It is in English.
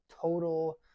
total